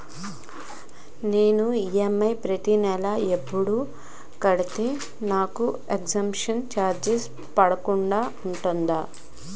నేను ఈ.ఎం.ఐ ప్రతి నెల ఎపుడు కడితే నాకు ఎక్స్ స్త్ర చార్జెస్ పడకుండా ఉంటుంది?